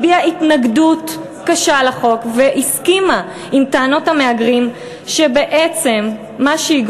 הביעה התנגדות קשה לחוק והסכימה לטענות המהגרים שבעצם החוק